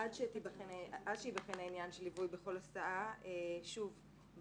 עד שייבחן העניין של ליווי בכל הסעה שוב,